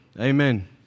Amen